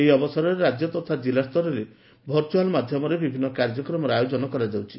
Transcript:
ଏହି ଅବସରରେ ରାକ୍ୟ ତଥା କିଲାସ୍ତରରେ ଭର୍ରୁଆଲ୍ ମାଧ୍ଧମରେ ବିଭିନ୍ନ କାର୍ଯ୍ୟକ୍ରମର ଆୟୋଜନ କରାଯାଉଛି